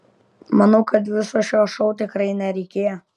manau kad viso šio šou tikrai nereikėjo